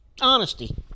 Honesty